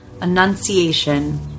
Annunciation